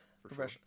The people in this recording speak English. Professional